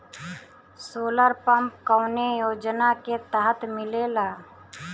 Solar pump कौने योजना के तहत मिलेला?